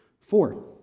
four